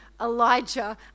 Elijah